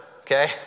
Okay